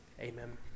Amen